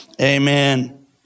Amen